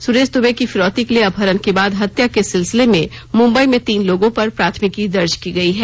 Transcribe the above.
सुरज दुबे का फिरौती के लिए अपहरण के बाद हत्या के सिलसिले में मुंबई में तीन लोगों पर प्राथमिकी दर्ज की गयी है